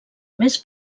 més